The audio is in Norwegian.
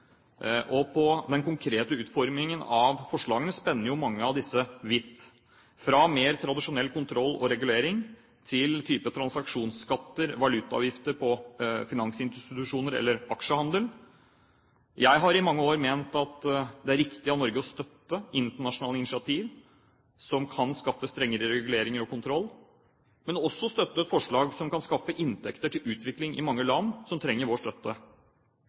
tradisjonell kontroll og regulering til transaksjonsskatter og valutaavgifter på finansinstitusjoner eller aksjehandel. Jeg har i mange år ment at det er riktig av Norge å støtte internasjonale initiativ som kan skaffe strengere reguleringer og kontroll, men også forslag som kan skaffe inntekter til utvikling i mange land som trenger vår støtte.